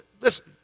Listen